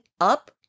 up